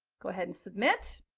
go ahead and submit.